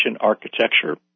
architecture